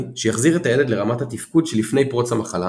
שיחזיר את הילד לרמת התפקוד שלפני פרוץ המחלה